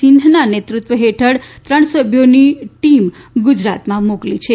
સિંહના નેતૃત્વ હેઠળ ત્રણ સભ્યોની ટીમ ગુજરાતમાં મોકલી છે